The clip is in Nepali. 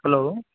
हेलो